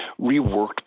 reworked